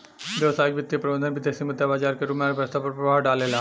व्यावसायिक वित्तीय प्रबंधन विदेसी मुद्रा बाजार के रूप में अर्थव्यस्था पर प्रभाव डालेला